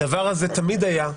הדבר הזה תמיד הזה.